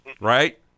Right